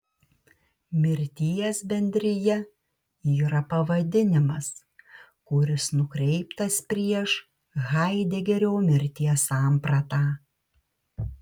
mirties bendrija yra pavadinimas kuris nukreiptas prieš haidegerio mirties sampratą